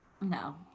no